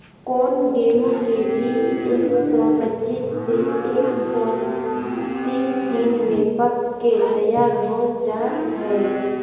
कौन गेंहू के बीज एक सौ पच्चीस से एक सौ तीस दिन में पक के तैयार हो जा हाय?